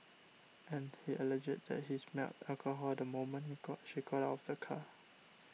and he alleged that he smelled alcohol the moment he got she got out of the car